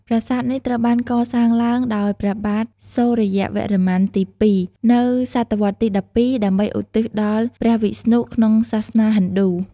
ប្រាសាទនេះត្រូវបានកសាងឡើងដោយព្រះបាទសូរ្យវរ្ម័នទី២ នៅសតវត្សទី១២ ដើម្បីឧទ្ទិសដល់ព្រះវិស្ណុក្នុងសាសនាហិណ្ឌូ។